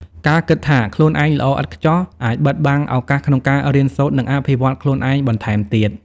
ការគិតថាខ្លួនឯងល្អឥតខ្ចោះ អាចបិទបាំងឱកាសក្នុងការរៀនសូត្រ និងអភិវឌ្ឍន៍ខ្លួនឯងបន្ថែមទៀត។